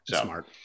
Smart